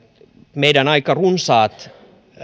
meidän aika runsaat